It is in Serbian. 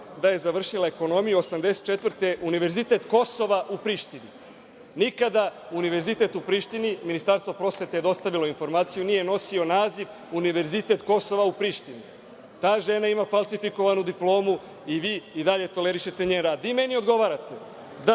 da je završila ekonomiju 1984. godine, Univerzitet Kosova u Prištini. Nikada Univerzitet u Prištini, Ministarstva prosvete je dostavilo informaciju, nije nosio naziv Univerzitet Kosova u Prištini. Ta žena ima falsifikovanu diplomu i vi i dalje tolerišete njen rad. Vi meni odgovarate da